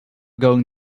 going